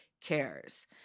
cares